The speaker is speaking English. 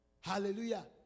hallelujah